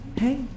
hey